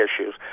issues